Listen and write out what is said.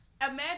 Imagine